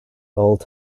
old